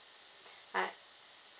ah